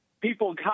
people